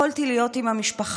יכולתי להיות עם המשפחה.